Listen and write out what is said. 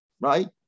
right